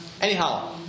anyhow